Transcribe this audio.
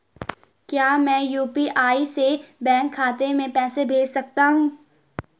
क्या मैं यु.पी.आई से बैंक खाते में पैसे भेज सकता हूँ?